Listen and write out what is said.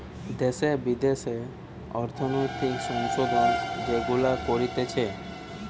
দ্যাশে বিদ্যাশে অর্থনৈতিক সংশোধন যেগুলা করতিছে